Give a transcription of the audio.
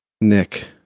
Nick